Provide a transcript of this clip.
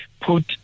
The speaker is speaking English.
put